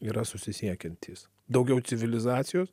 yra susisiekiantys daugiau civilizacijos